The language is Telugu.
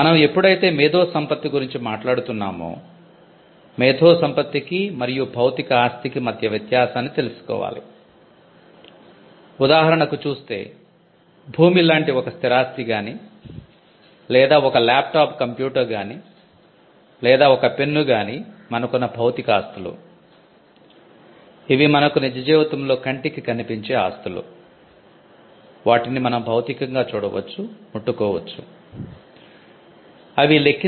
మనం ఎప్పుడైతే మేధోసంపత్తి గురించి మాట్లాడుతున్నామో మేధోసంపత్తికి మరియు భౌతిక ఆస్తికి